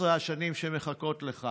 13 השנים שמחכות לך